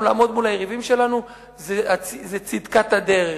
לעמוד מול היריבים שלנו זה צדקת הדרך,